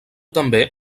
també